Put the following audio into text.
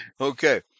Okay